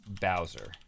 Bowser